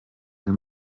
wir